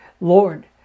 Lord